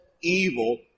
evil